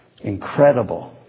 incredible